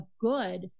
good